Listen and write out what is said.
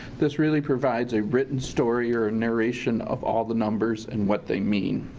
this really provides a written story, or narration of all the numbers and what they mean.